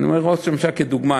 אני אומר ראש הממשלה כדוגמה.